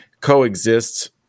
coexist